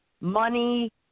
money